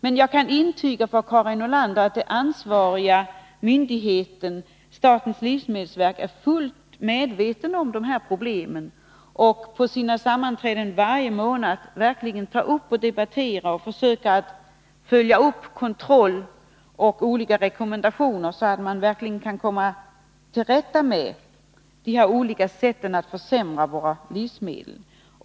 Men jag kan intyga, Karin Nordlander, att den ansvariga myndigheten, statens livsmedelsverk, är fullt medveten om dessa problem. På livsmedelsverkets sammanträden varje månad tar man upp dessa frågor och debatterar dem. Man försöker följa upp kontroll och olika rekommendationer, så att man verkligen kan komma till rätta med de olika sätten att försämra våra livsmedel.